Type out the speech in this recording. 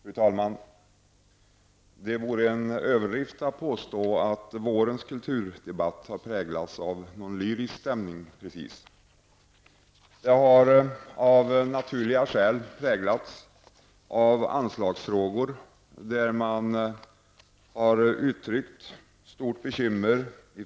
Fru talman! Det vore en överdrift att påstå att vårens kulturdebatt har präglats av någon lyrisk stämning. Av naturliga skäl har den präglats av anslagsfrågor, där man från olika håll har uttryckt stora bekymmer.